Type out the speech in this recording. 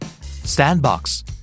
Sandbox